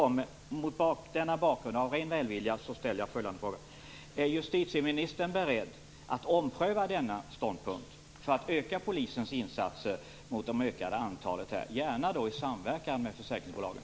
Mot denna bakgrund och av ren välvilja ställer jag följande fråga: Är justitieministern beredd att ompröva denna ståndpunkt för att öka polisens insatser mot det ökade antalet bedrägerier, och gärna då i samverkan med försäkringsbolagen?